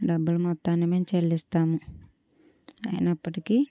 డబ్బులు మొత్తాన్ని మేము చెల్లిస్తాము అయినప్పటికీ